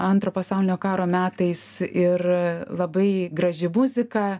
antro pasaulinio karo metais ir labai graži muzika